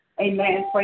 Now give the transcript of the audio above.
Amen